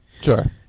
Sure